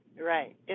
right